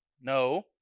No